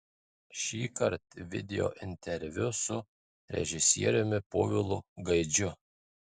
šįkart videointerviu su režisieriumi povilu gaidžiu